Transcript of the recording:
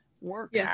work